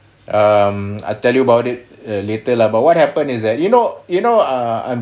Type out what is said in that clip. um I tell you about it later lah but what happen is that you know you know uh